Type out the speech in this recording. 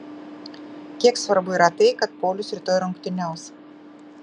kiek svarbu yra tai kad paulius rytoj rungtyniaus